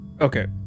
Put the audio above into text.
Okay